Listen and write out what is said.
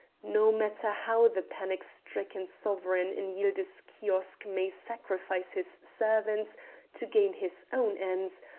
no matter how the panic-stricken sovereign in yildiz kiosk may sacrifice his servants to gain his own ends,